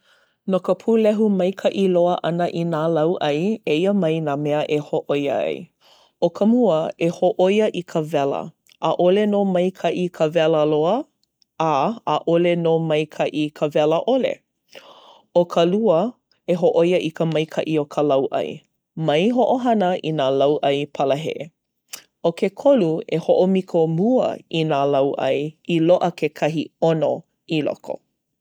No ka pūlehu maikaʻi loa ʻana i nā lauʻai eia mai nā mea e hōʻoia ai. ʻO ka mua, e hōʻoia i ka wela. ʻAʻole nō maikaʻi ka wela loa, a ʻaʻole nō maikaʻi ka wela ʻole. ʻO ka lua e hōʻoia i ka maikaʻi o ka lauʻai. Mai hoʻohana i nā lauʻai palahē. ʻO ke kolu e hoʻomiko mua i nā lauʻai i loaʻa kekahi ʻono i loko.